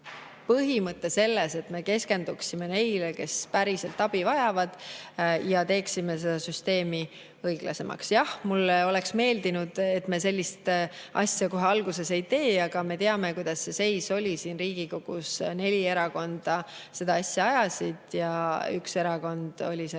põhimõte selles, et me keskendume neile, kes päriselt abi vajavad, ja teeme seda süsteemi õiglasemaks. Jah, mulle oleks meeldinud, et me sellist asja kohe alguses ei tee, aga me teame, kuidas see seis siin Riigikogus oli: neli erakonda seda asja ajasid ja üks erakond oli sellele